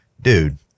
dude